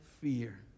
fear